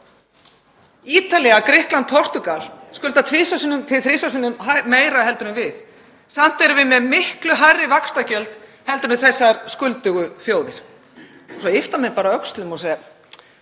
Ítalía, Grikkland og Portúgal skulda tvisvar til þrisvar sinnum meira en við. Samt erum við með miklu hærri vaxtagjöld heldur en þessar skuldugu þjóðir. Svo yppta menn bara öxlum og segja: